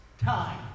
time